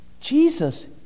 Jesus